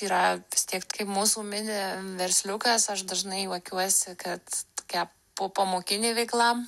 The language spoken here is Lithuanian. yra vis tiek kaip mūsų mini versliukas aš dažnai juokiuosi kad tokia popamokinė veikla